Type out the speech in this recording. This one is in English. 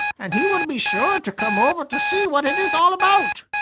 and he will be sure to come over to see what it is all about.